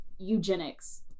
eugenics